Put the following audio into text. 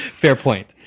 fairpoint?